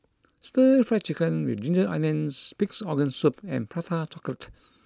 Stir Fry Chicken with Ginger Oonions Pig'S Organ Soup and Prata Chocolate